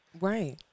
Right